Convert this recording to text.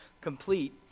complete